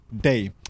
Day